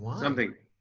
something.